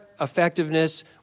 effectiveness